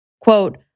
Quote